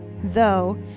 though